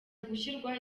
gushyirwaho